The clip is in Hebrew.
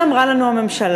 מה אמרה לנו הממשלה?